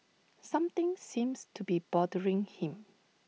something seems to be bothering him